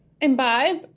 imbibe